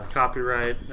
copyright